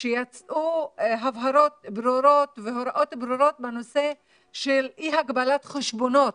שיצאו הבהרות ברורות והוראות ברורות בנושא של אי הגבלת חשבונות